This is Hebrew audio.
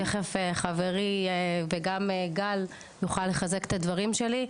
תיכף חברי וגם גל יוכל לחזק את הדברים שלי.